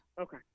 Okay